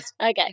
Okay